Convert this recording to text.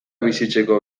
bizitzeko